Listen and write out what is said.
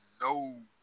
no